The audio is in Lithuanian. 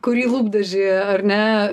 kurį lūpdažį ar ne